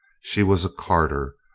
she was a carter,